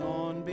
on